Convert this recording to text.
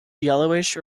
yellowish